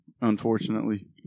unfortunately